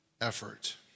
effort